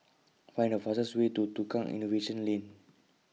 Find The fastest Way to Tukang Innovation Lane